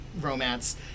romance